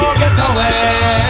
getaway